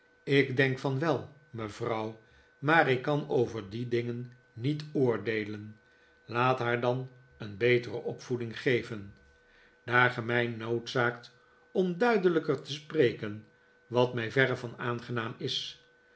ik denk van wel mevrouw maar ik kan over die dingen niet oordeelen laat haar dan een betere opvoeding geven daar ge mij noodzaakt om duidelijker tie spreken wat mij verre van aangenaam is